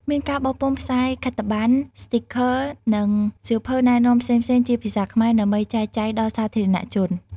មានការបោះពុម្ពផ្សាយខិត្តប័ណ្ណ ស្ទីគ័រ និងសៀវភៅណែនាំផ្សេងៗជាភាសាខ្មែរ ដើម្បីចែកចាយដល់សាធារណជន ។